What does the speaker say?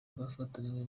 bafatanywe